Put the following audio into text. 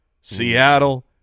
Seattle